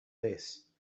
this